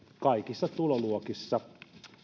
kaikissa tuloluokissa